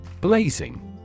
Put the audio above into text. Blazing